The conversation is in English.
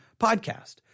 podcast